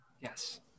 Yes